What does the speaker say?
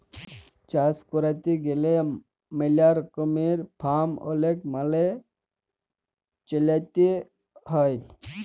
চাষ ক্যইরতে গ্যালে ম্যালা রকমের ফার্ম আইল মালে চ্যইলতে হ্যয়